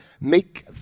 make